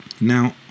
Now